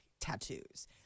tattoos